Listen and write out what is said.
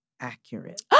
accurate